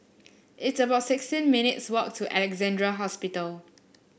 it's about sixteen minutes' walk to Alexandra Hospital